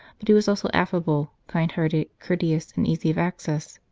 but he was also affable, kind-hearted, courteous, and easy of access.